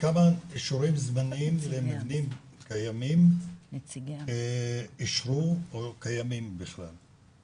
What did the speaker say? כמה אישורים זמניים למבנים קיימים אישרו או קיימים בכלל?